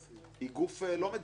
היא גוף לא מדינתי,